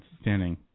standing